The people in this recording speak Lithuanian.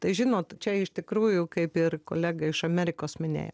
tai žinot čia iš tikrųjų kaip ir kolega iš amerikos minėjo